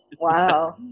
Wow